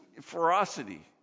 ferocity